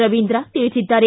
ರವೀಂದ್ರ ತಿಳಿಸಿದ್ದಾರೆ